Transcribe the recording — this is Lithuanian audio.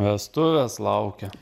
vestuvės laukia